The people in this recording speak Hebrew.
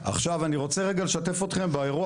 עכשיו אני רוצה רגע לשתף אתכם באירוע